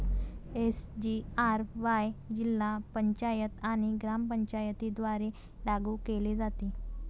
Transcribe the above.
SGRY जिल्हा पंचायत आणि ग्रामपंचायतींद्वारे लागू केले जाते